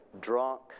drunk